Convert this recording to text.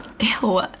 Ew